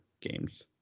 games